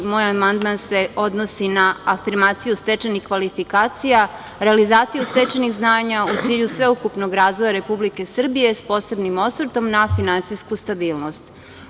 Moj amandman se odnosi na afirmaciju stečenih kvalifikacija, realizaciju stečenih znanja u cilju sveukupnog razvoja Republike Srbije sa posebnim osvrtom na finansijsku stabilnost.